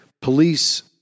police